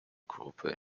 gruppe